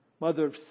mother